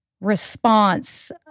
response